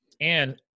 And-